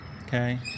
okay